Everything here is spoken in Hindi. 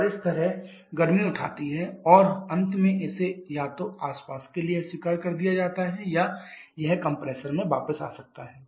और इस तरह गर्मी उठाती है और अंत में इसे या तो आसपास के लिए अस्वीकार कर दिया जाता है या यह कंप्रेसर में वापस आ सकता है